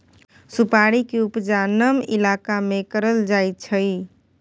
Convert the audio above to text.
सुपारी के उपजा नम इलाका में करल जाइ छइ